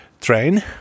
train